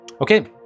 Okay